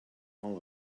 all